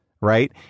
right